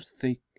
thick